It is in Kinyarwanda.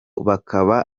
bakaba